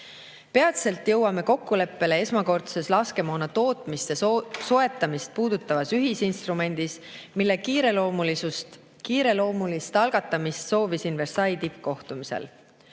Peatselt jõuame kokkuleppele esmakordses laskemoona tootmist ja soetamist puudutavas ühisinstrumendis, mille kiireloomulist algatamist soovisin Versailles' tippkohtumisel.